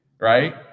right